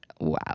Wow